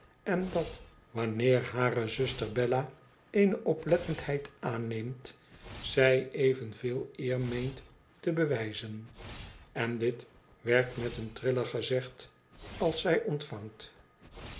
en dat wanneer hare zuster bella eene oplettendheid aanneemt zij evenveel eer meent te bewijzen en dit werd met een triller gezegd als zij ontvangt